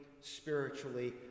spiritually